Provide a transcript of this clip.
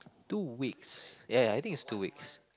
two weeks ya ya I think it's two weeks